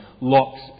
locks